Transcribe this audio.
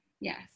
Yes